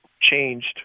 changed